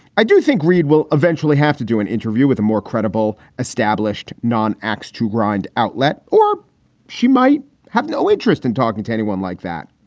i do think reid will eventually have to do an interview with a more credible, established non ax to grind outlet. or she might have no interest in talking to anyone like that.